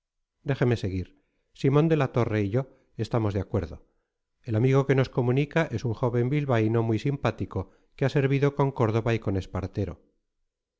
déjeme seguir simón de la torre y yo estamos de acuerdo el amigo que nos comunica es un joven bilbaíno muy simpático que ha servido con córdova y con